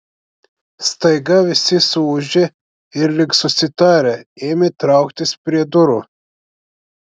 staiga visi suūžė ir lyg susitarę ėmė trauktis prie durų